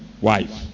wife